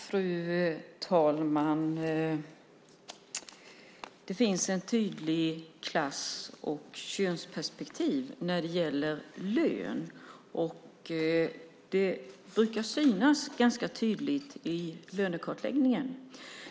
Fru talman! Det finns ett tydligt klass och könsperspektiv när det gäller lön. Det brukar synas ganska tydligt i lönekartläggningen.